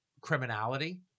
criminality